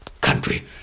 country